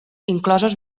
inclosos